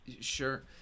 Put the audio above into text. Sure